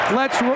lets